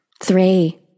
Three